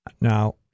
Now